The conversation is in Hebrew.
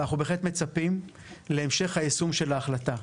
ואנחנו בהחלט מצפים להמשך היישום של ההחלטה,